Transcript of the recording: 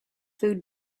food